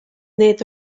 need